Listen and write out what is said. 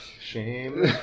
Shame